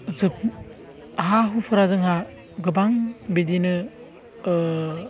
हा हुफोरा जोंहा गोबां बिदिनो